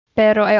pero